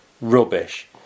rubbish